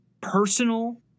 personal